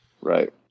Right